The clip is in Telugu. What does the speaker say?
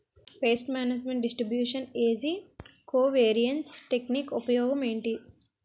పేస్ట్ మేనేజ్మెంట్ డిస్ట్రిబ్యూషన్ ఏజ్జి కో వేరియన్స్ టెక్ నిక్ ఉపయోగం ఏంటి